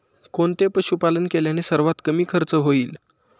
कोणते पशुपालन केल्याने सर्वात कमी खर्च होईल?